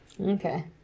Okay